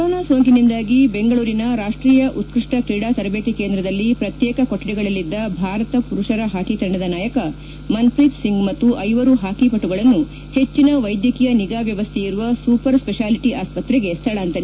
corona ಸೋಂಕಿನಿಂದಾಗಿ ಬೆಂಗಳೂರಿನ ರಾಷ್ಟೀಯ ಉತ್ಪಷ್ಟ ತ್ರೀಡಾ ತರಬೇತಿ ಕೇಂದ್ರದಲ್ಲಿ ಪ್ರತ್ಯೇಕ ಕೊಠಡಿಗಳಲ್ಲಿದ್ದ ಭಾರತ ಮರುಷರ ಪಾಕಿ ತಂಡದ ನಾಯಕ ಮನ್ಪ್ರೀತ್ ಸಿಂಗ್ ಮತ್ತು ಐವರು ಪಾಕಿ ಪಬುಗಳನ್ನು ಪೆಟ್ಟಿನ ವೈದ್ಯಕೀಯ ನಿಗಾ ವ್ಯವಸ್ಥೆಯರುವ ಸೂಪರ್ ಸ್ಪೆಪಾಲಿಟ ಆಸ್ಪತ್ರೆಗೆ ಸ್ಥಳಾಂತರಿಸಲಾಗಿದೆ